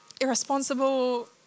irresponsible